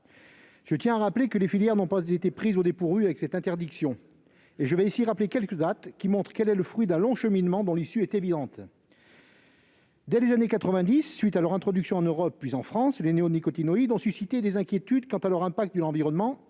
Je tiens à rappeler que cette interdiction n'a pas pris au dépourvu les filières. Je vais évoquer ici quelques dates qui montrent qu'elle est le fruit d'un long cheminement dont l'issue est évidente. Dès les années 1990, suite à leur introduction en Europe puis en France, les néonicotinoïdes ont suscité des inquiétudes quant à leur impact sur l'environnement